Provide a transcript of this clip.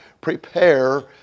prepare